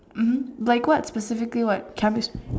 mmhmm like specifically what chemist